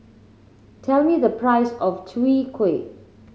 tell me the price of Chwee Kueh